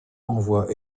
envoie